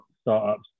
startups